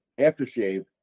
aftershave